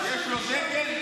יש לו דגל?